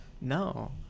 No